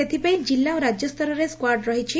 ସେଥିପାଇଁ ଜିଲ୍ଲା ଓ ରାକ୍ୟସ୍ତରରେ ସ୍ୱାର୍ଡ ରହିଛି